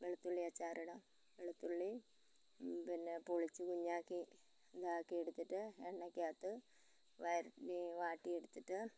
വെളുത്തുള്ളി അച്ചാറിടാം വെളുത്തുള്ളി പിന്നെ പൊളിച്ച് കുഞ്ഞാക്കി ഇതാക്കിയെടുത്തിട്ട് എണ്ണക്കകത്ത് വാട്ടിയെടുത്തിട്ട്